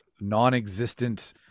non-existent